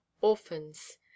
orphans